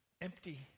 empty